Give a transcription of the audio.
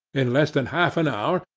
in less than half an hour,